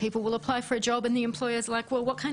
אנשים מבקשים לעבוד והמעסיקים שואלים 'איזו